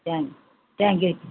thank thank you